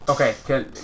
Okay